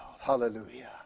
Hallelujah